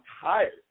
tired